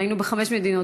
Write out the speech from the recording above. היינו בחמש מדינות,